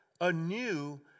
anew